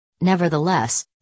Nevertheless